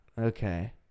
Okay